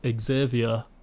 Xavier